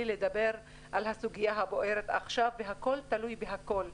לדבר על הסוגיה הבוערת עכשיו והכול תלוי בכל.